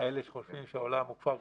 אלה שחושבים שהעולם הוא כפר גלובלי,